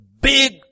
Big